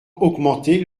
augmenter